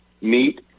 meet